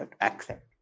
accept